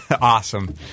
Awesome